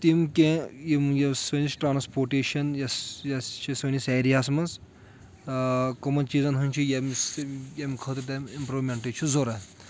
تِم کینٛہہ یِم سٲنِس ٹرانٕسپوٹیشن یۄس چھِ سٲنِس ایریا ہَس منٛز کٕمَن چیٖزن ہٕنٛز چھِ ییٚمِس ییٚمہِ خٲطرٕ تمہِ اِمپروٗمؠنٛٹٕچ چھِ ضرورت